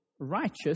righteous